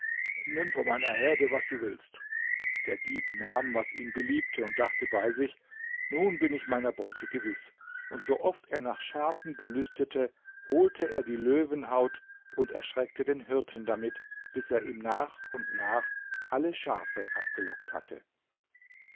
nimm von meiner herde was du willst der dieb nahm was ihm beliebte und dachte bei sich nun bin ich meiner beute gewiß und sooft er nach schafen gelüstete holte er die löwenhaut und erschreckte den hirten damit bis er ihm nach und nach alle schafe abgelockt hatte